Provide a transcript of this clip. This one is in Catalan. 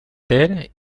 ter